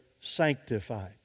sanctified